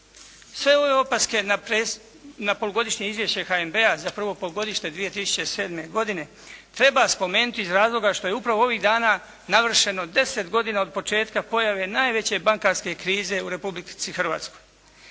Sve ove opaske na Polugodišnje Izvješće HNB-a za prvo polugodište 2007. godine treba spomenuti iz razloga što je upravo ovih dana navršeno deset godina od početka pojave najveće bankarske krize u Republici Hrvatskoj.